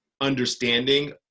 understanding